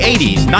80s